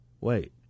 Wait